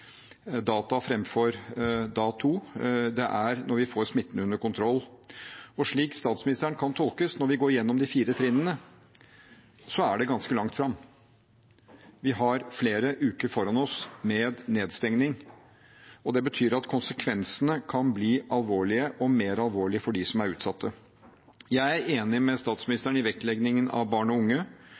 det er når vi får smitten under kontroll. Og slik statsministeren kan tolkes, når vi går gjennom de fire trinnene, er det ganske langt fram. Vi har flere uker foran oss med nedstengning, og det betyr at konsekvensene kan bli alvorlige og mer alvorlige for dem som er utsatt. Jeg er enig med statsministeren i vektleggingen av barn og unge